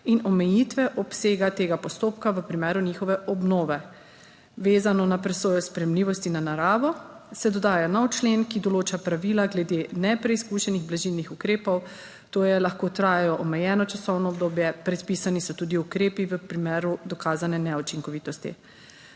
in omejitve obsega tega postopka v primeru njihove obnove. Vezano na presojo sprejemljivosti na naravo se dodaja nov člen, ki določa pravila glede nepreizkušenih blažilnih ukrepov, to je, lahko trajajo omejeno časovno obdobje, predpisani so tudi ukrepi v primeru dokazane neučinkovitosti.